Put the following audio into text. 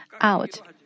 out